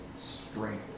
strength